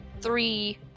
three